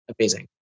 amazing